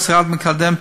המשרד מקדם,